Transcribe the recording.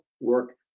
work